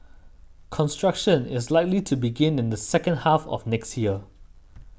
construction is likely to begin in the second half of next year